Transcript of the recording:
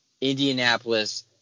Indianapolis